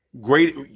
Great